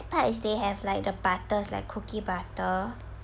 part is they have like the butters like cookie butter